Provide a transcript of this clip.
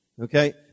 Okay